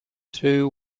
two